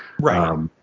Right